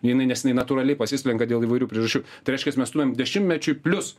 jinai nes jinai natūraliai pasislenka dėl įvairių priežasčių tai reiškias mes turim dešimtmečiui plius